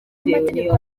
amategeko